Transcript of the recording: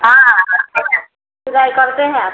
हाँ सिलाई करते हैं आप